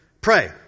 pray